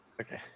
Okay